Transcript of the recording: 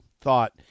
thought